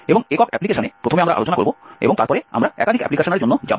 এবং একক অ্যাপ্লিকেশনে প্রথমে আমরা আলোচনা করব এবং তারপরে আমরা একাধিক অ্যাপ্লিকেশনের জন্য যাব